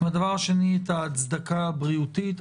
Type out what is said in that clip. הדבר השני, את ההצדקה הבריאותית.